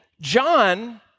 John